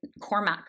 Cormac